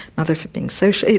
other for being social,